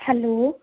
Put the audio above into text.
hello